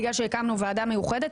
בגלל שהקמנו ועדה מיוחדת.